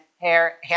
hair